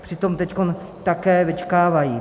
Přitom teď také vyčkávají.